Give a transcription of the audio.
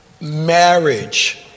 Marriage